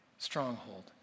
Stronghold